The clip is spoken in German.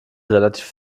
relativ